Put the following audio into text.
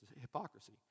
Hypocrisy